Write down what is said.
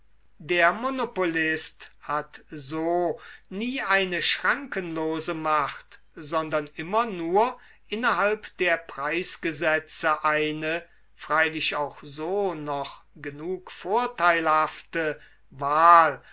der monopolist hat so nie eine schrankenlose macht sondern immer nur innerhalb der preisgesetze eine freilich auch so noch genug vorteilhafte wahl